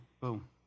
Boom